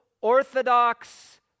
Orthodox